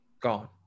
Gone